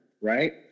right